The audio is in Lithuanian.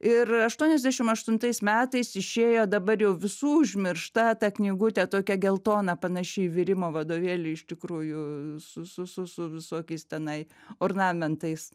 ir aštuoniasdešim aštuntais metais išėjo dabar jau visų užmiršta tą knygutė tokia geltona panaši į virimo vadovėlį iš tikrųjų su su su su visokiais tenai ornamentais